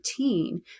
13